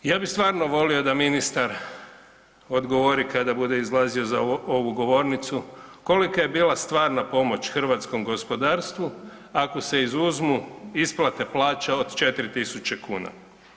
Ja bi stvarno volio da ministar odgovori kada bude izlazio za ovu govornicu kolika je bila stvarna pomoć hrvatskom gospodarstvu ako se izuzmu isplate plaća od 4000 kuna?